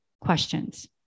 questions